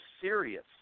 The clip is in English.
serious